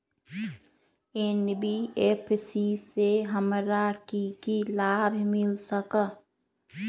NBFC से हमार की की लाभ मिल सक?